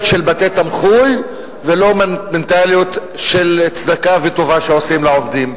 של בתי-תמחוי ולא על מנטליות של צדקה וטובה שעושים לעובדים.